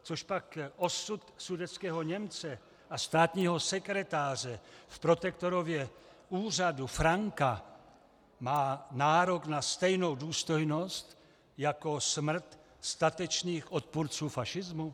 Cožpak osud sudetského Němce a státního sekretáře v protektorově úřadu Franka má nárok na stejnou důstojnost jako smrt statečných odpůrců fašismu?